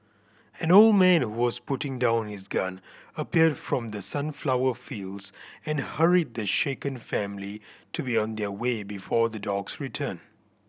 an old man who was putting down his gun appeared from the sunflower fields and hurried the shaken family to be on their way before the dogs return